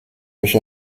euch